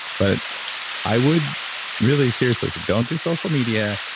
but i would really seriously, don't do social media.